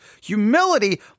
humility